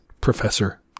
professor